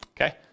Okay